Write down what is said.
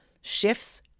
shifts